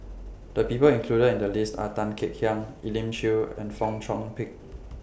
The People included in The list Are Tan Kek Hiang Elim Chew and Fong Chong Pik